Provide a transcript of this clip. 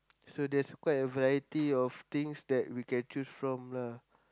so there's quite a variety of things that we can choose from lah